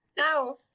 No